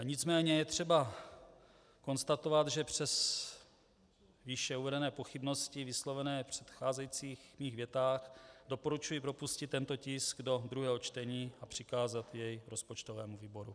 Nicméně je třeba konstatovat, že přes výše uvedené pochybnosti, vyslovené v předcházejících mých větách, doporučuji propustit tento tisk do druhého čtení a přikázat jej rozpočtovému výboru.